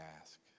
ask